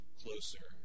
closer